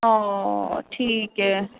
ਹਾਂ ਠੀਕ ਹੈ